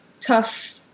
tough